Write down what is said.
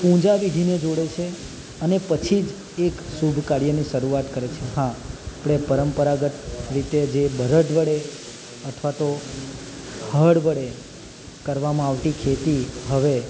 પૂજા વિધિને જોડે છે અને પછી જ એક શુભ કાર્યની શરૂઆત કરે છે હા આપણે પરંપરાગત રીતે જે બળદ વડે અથવા તો હળ વડે કરવામાં આવતી ખેતી હવે